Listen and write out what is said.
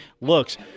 looks